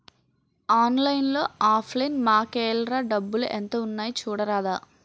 ఆన్లైన్లో offline మాకేఏల్రా డబ్బులు ఎంత ఉన్నాయి చూడరాదా